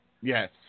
Yes